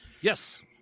Yes